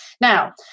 now